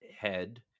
head